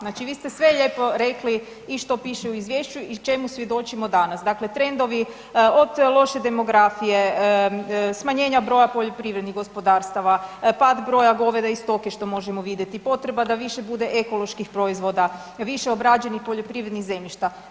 Znači vi ste sve lijepo rekli i što piše u izvješću i čemu svjedočimo danas, dakle trendovi opcija loše demografije, smanjenja broja poljoprivrednih gospodarstava, pad broja goveda i stoke što možemo vidjeti, potreba da više bude ekoloških proizvoda, više obrađenih poljoprivrednih zemljišta.